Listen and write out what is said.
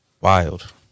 wild